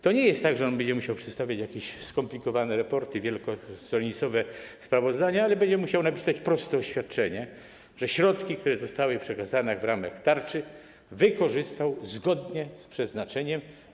To nie jest tak, że przedsiębiorca będzie musiał przedstawiać jakieś skomplikowane raporty, wielostronicowe sprawozdania, ale będzie musiał napisać proste oświadczenie, że środki, które zostały przekazane w ramach tarczy, wykorzystał zgodnie z przeznaczeniem.